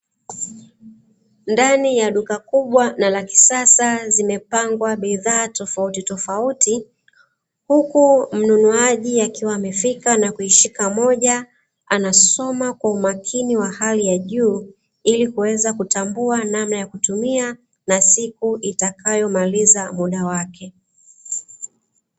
Ndani ya duka kubwa na la kisasa zimepangwa bidhaa tofautitofauti huku mnunuaji akiwa amefika na kuishika moja anasoma kwa umakini wa hali ya juu, ili kuweza kutambua namna ya kutumia na siku itakayomaliza muda wake.